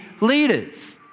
leaders